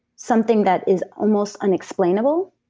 something that is almost unexplainable,